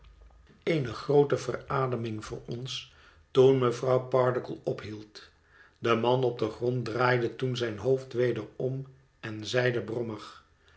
eene groote verademing voor ons toen mevrouw pardiggle ophield de man op den grond draaide toen zijn hoofd weder om en zeide brommig